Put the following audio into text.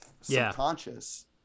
subconscious